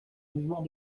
mouvement